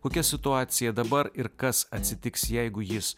kokia situacija dabar ir kas atsitiks jeigu jis